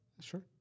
Sure